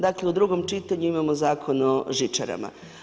Dakle u drugom čitanju imamo Zakon o žičarama.